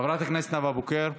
חברת הכנסת נאוה בוקר,